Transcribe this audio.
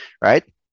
right